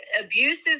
abusive